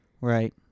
right